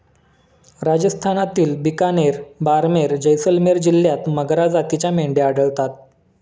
राजस्थानातील बिकानेर, बारमेर, जैसलमेर जिल्ह्यांत मगरा जातीच्या मेंढ्या आढळतात